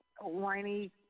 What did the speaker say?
whiny